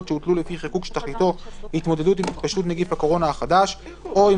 שהוטלו לפי חיקוק שתכליתו התמודדות עם התפשטות נגיף הקורונה החדש או אם